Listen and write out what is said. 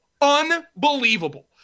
Unbelievable